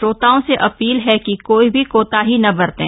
श्रोताओं से अपील है कि कोई भी कोताही न बरतें